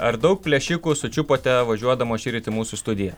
ar daug plėšikų sučiupote važiuodamos šįryt į mūsų studiją